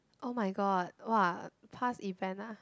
oh-my-god !wah! past event ah